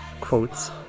quotes